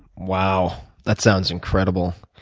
wow. that sounds incredible.